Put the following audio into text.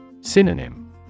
Synonym